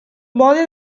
mode